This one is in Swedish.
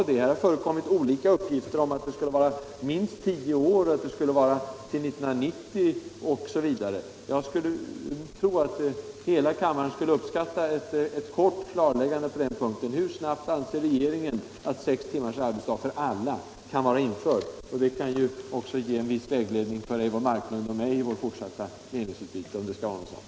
Det har förekommit olika uppgifter, nämligen att det skulle ta minst tio år, att det skulle dröja fram till 1990, osv. Jag skulle tro att hela kammaren skulle uppskatta ett kort klarläggande på den punkten: Hur snabbt anser regeringen att sex timmars arbetsdag för alla kan vara införd? Svaret på den frågan kan ju ge en viss vägledning för fru Marklund och mig i vårt fortsatta meningsutbyte, om vi skall ha ett sådant.